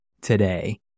today